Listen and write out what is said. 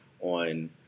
on